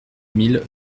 mille